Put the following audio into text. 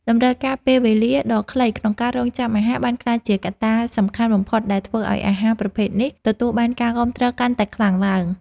តម្រូវការពេលវេលាដ៏ខ្លីក្នុងការរង់ចាំអាហារបានក្លាយជាកត្តាសំខាន់បំផុតដែលធ្វើឲ្យអាហារប្រភេទនេះទទួលបានការគាំទ្រកាន់តែខ្លាំងឡើង។